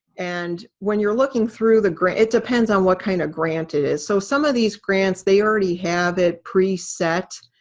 and when you're looking through the, it depends on what kind of grant it is. so some of these grants, they already have it pre-set.